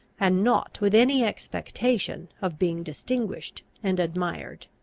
and not with any expectation of being distinguished and admired.